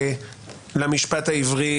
למשפט העברי